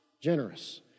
generous